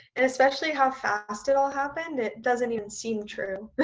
and especially how fast it all happened. it doesn't even seem true.